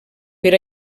per